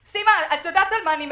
סימה יודעת על מה אני מדברת.